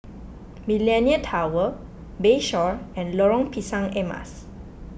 Millenia Tower Bayshore and Lorong Pisang Emas